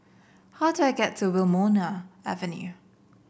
how do I get to Wilmonar Avenue